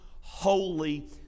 holy